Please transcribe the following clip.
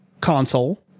console